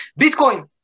Bitcoin